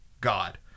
God